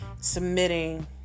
submitting